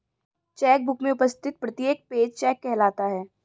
check book में उपस्थित प्रत्येक पेज चेक कहलाता है